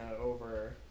over